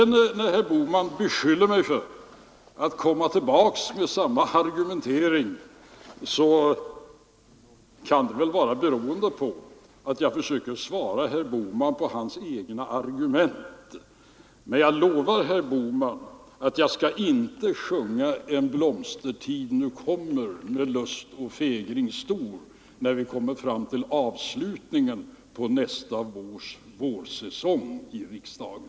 När herr Bohman slutligen beskyller mig för att återkomma med samma argumentering, så kan väl detta bero på att jag försöker svara på herr Bohmans egna argument. Men jag lovar herr Bohman att jag inte skall sjunga ”Den blomstertid nu kommer med lust och fägring stor”, när vi kommit fram till avslutningen på nästa års vårsession i riksdagen.